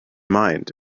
mind